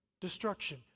destruction